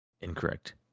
Incorrect